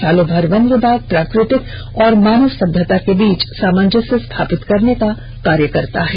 सालों भर वन विभाग प्राकृतिक और मानव सभ्यता के बीच सामंजस्य स्थापित करने का कार्य करता है